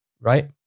right